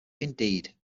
indeed